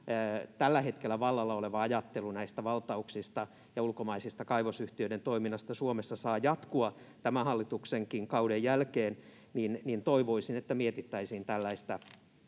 tällä hetkellä vallalla oleva ajattelu näistä valtauksista ja ulkomaisten kaivosyhtiöiden toiminnasta Suomessa saa jatkua tämän hallituksenkin kauden jälkeen, niin toivoisin, että mietittäisiin tällaista